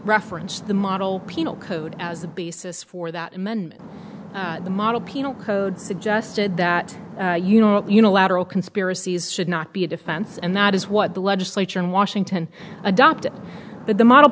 referenced the model penal code as the basis for that amendment the model penal code suggested that you know unilateral conspiracies should not be a defense and that is what the legislature in washington adopted the model